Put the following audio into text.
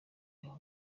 w’u